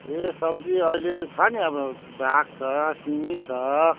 ए सब्जी अहिले छ नि अब साग छ सिमी छ